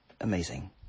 amazing